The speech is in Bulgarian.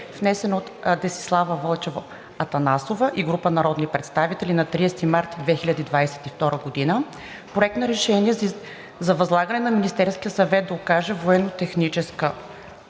внесен от Десислава Вълчева Атанасова и група народни представители на 30 март 2022 г.; Проект на решение за възлагане на Министерския съвет да окаже военно-техническа